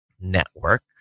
network